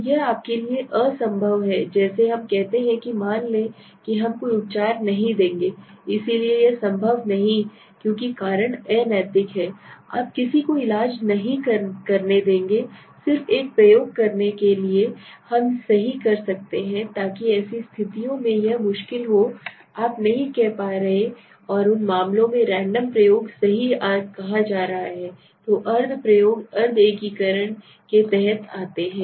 तो यह आपके लिए असंभव है जैसे हम कहते हैं कि मान लें कि हम कोई उपचार नहीं देंगे इसलिए यह संभव नहीं क्योंकि कारण अनैतिक है कि आप किसी को इलाज नहीं करने देंगे सिर्फ एक प्रयोग करने के लिए हम सही कर सकते हैं ताकि ऐसी स्थितियों में यह मुश्किल हो आप नहीं कर पा रहे हैं और उन मामलों में रैंडम प्रयोग सही कहा जाता है जो अर्ध प्रयोग अर्ध एकीकरण खेद के तहत आते हैं